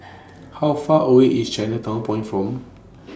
How Far away IS Chinatown Point from